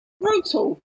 brutal